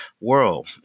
world